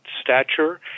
stature